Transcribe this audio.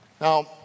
Now